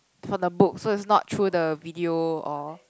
from the book so it's not through the video or